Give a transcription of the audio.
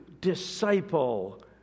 disciple